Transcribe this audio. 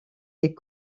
est